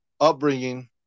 upbringing